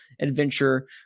adventure